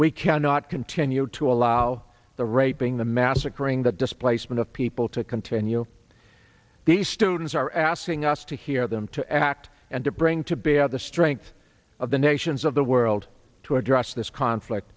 we cannot continue to allow the raping the massacring the displacement of people to continue the students are asking us to hear them to act and to bring to bear the strength of the nations of the world to address this conflict